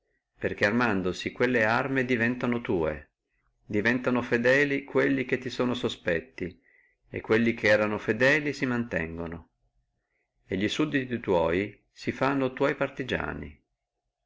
perché armandosi quelle arme diventono tua diventono fedeli quelli che ti sono sospetti e quelli che erano fedeli si mantengono e di sudditi si fanno tua partigiani